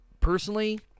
Personally